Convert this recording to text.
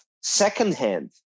secondhand